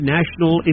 National